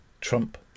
Trump